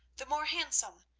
the more handsome,